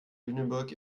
lüneburg